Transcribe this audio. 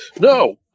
No